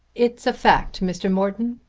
it's a fact, mr. morton.